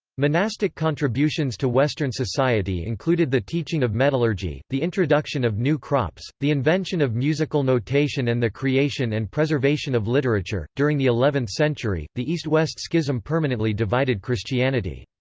monastic contributions to western society included the teaching of metallurgy, the introduction of new crops, the invention of musical notation and the creation and preservation of literature during the eleventh century, the east-west schism permanently divided christianity.